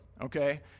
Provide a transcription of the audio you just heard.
okay